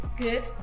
Good